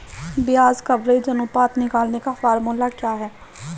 ब्याज कवरेज अनुपात निकालने का फॉर्मूला क्या है?